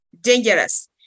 dangerous